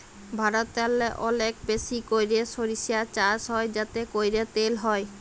ভারতেল্লে অলেক বেশি ক্যইরে সইরসা চাষ হ্যয় যাতে ক্যইরে তেল হ্যয়